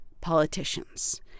politicians